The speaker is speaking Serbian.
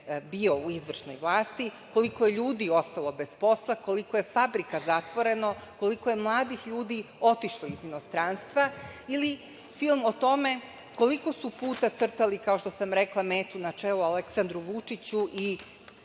bio u izvršnoj vlasti, koliko je ljudi ostalo bez posla, koliko je fabrika zatvoreno, koliko je mladih ljudi otišlo iz inostranstva ili film o tome koliko su puta crtali, kao što sam rekla, metu na čelu Aleksandru Vučiću i